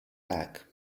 like